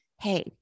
hey